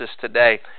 today